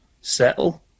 settle